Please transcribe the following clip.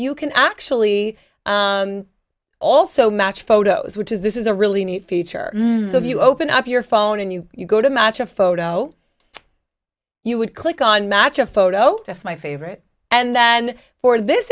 you can actually also match photos which is this is a really neat feature of you open up your phone and you go to match a photo you would click on match a photo that's my favorite and then for this